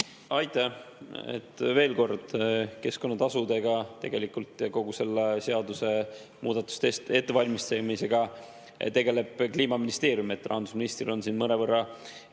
Aitäh! Veel kord, keskkonnatasudega ja kogu selle seaduse muudatuste ettevalmistamisega tegeleb Kliimaministeerium. Rahandusministril on siin mõnevõrra